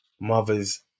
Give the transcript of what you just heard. Mother's